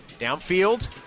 downfield